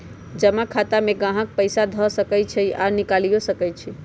जमा खता में गाहक पइसा ध सकइ छइ आऽ निकालियो सकइ छै